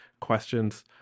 questions